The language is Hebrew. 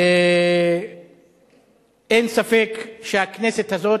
אין ספק שהכנסת הזאת,